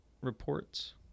reports